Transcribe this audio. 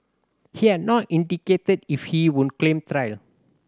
he has not indicated if he would claim trial